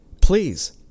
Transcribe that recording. Please